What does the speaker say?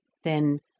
then,